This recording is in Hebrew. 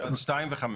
אז (2) ו-(5).